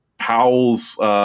Powell's